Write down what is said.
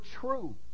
true